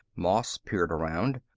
moss peered around.